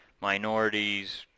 minorities